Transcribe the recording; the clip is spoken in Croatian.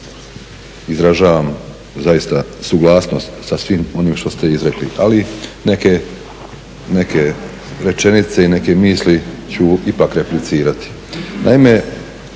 izražavam zaista suglasnost sa svim onim što ste izrekli ali neke rečenice i neke misli ću ipak replicirati.